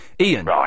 Ian